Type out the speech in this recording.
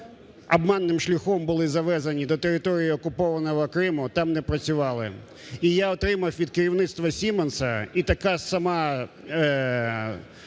обманним шляхом були завезені до території окупованого Криму, там не працювали. І я отримав від керівництва Siemens, і такий самий